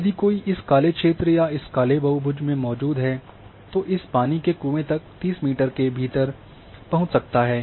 यदि कोई इस काले क्षेत्र या इस काले बहुभुज में मौजूद है तो इस पानी के कुएँ तक 30 मिनट के भीतर पहुंच सकता है